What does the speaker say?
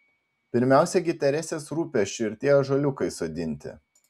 pirmiausia gi teresės rūpesčiu ir tie ąžuoliukai sodinti